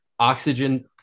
Oxygen